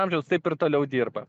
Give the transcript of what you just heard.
amžiaus taip ir toliau dirba